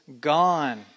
gone